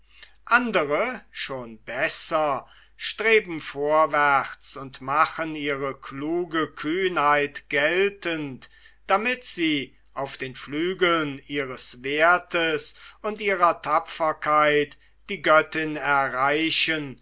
andere schon besser streben vorwärts und machen ihre kluge kühnheit geltend damit sie auf den flügeln ihres werthes und ihrer tapferkeit die göttin erreichen